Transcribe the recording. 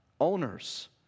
owners